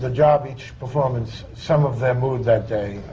but job. each performance some of their mood that day.